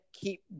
keep